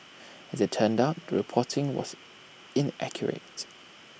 as IT turned out the reporting was inaccurate